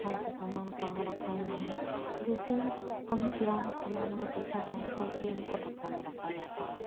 कौन सा समान कहाँ रखा हुआ है जैसे इस किराना समान में देखा जाए तो इनको डब्बों में रखा जाता है